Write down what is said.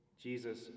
Jesus